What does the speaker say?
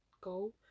go